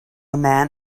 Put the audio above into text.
man